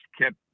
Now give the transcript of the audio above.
kept